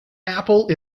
apple